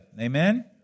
amen